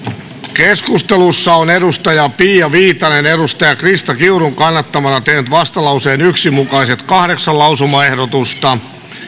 keskustelussa on pia viitanen krista kiurun kannattamana tehnyt vastalauseen yksi mukaiset kahdeksan lausumaehdotusta